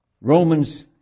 Romans